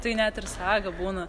tai net ir saga būna